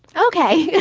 ok, yeah